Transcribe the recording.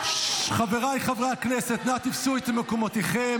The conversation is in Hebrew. חבריי חברי הכנסת, אנא תפסו את מקומותיכם.